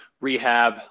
rehab